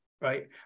right